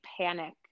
panic